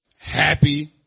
happy